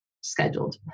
scheduled